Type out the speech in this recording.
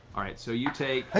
all right. so you take ah